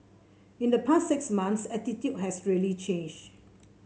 in the past six months attitude has really changed